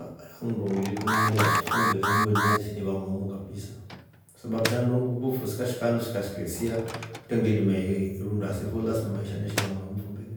Handu ngili kunaendea sha fo mbele nweni nalisidi iva momuu kabisa kwasababu shandu ngufu sika shika handu shikase sia kwete ngili ilima iruunda se fo lasma maisha ne shiiva moomu fo mbele.